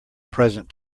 present